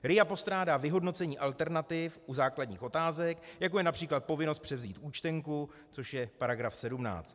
RIA postrádá vyhodnocení alternativ u základních otázek, jako je například povinnost převzít účtenku, což je § 17.